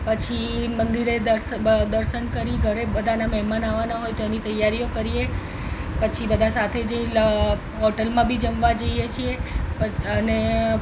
પછી મંદિરે દર્શન કરી ઘરે બધાના મહેમાન આવવાના હોય તો એની તૈયારીઓ કરીએ પછી બધા સાથે જઈ હોટેલમાં બી જમવા પણ જઈએ છીએ અને